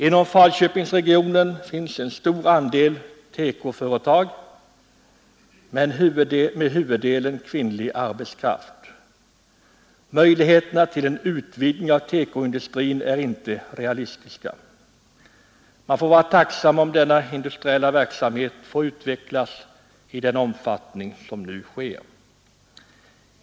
Inom Falköpingsregionen finns en stor andel Tekoföretag med huvuddelen kvinnlig arbetskraft. Möjligheterna till en utvidgning av Teko-industrin är inte realistiska. Man får vara tacksam om denna industriella verksamhet får utvecklas i den omfattning som nu sker.